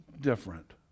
different